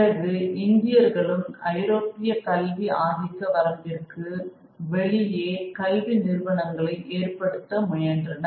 பிறகு இந்தியர்களும் ஐரோப்பிய கல்வி ஆதிக்க வரம்பிற்கு வெளியே கல்வி நிறுவனங்களை ஏற்படுத்த முயன்றனர்